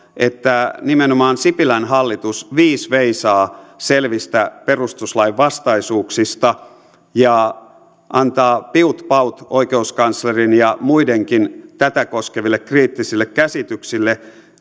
että nimenomaan sipilän hallitus viis veisaa selvistä perustuslainvastaisuuksista ja antaa piut paut oikeuskanslerin ja muidenkin tätä koskeville kriittisille käsityksille